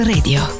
Radio